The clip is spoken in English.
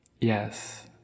Yes